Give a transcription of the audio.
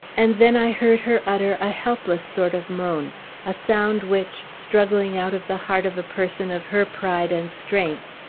and then i heard her utter a helpless sort of moan a sound which, struggling out of the heart of a person of her pride and strength,